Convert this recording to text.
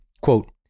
quote